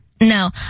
No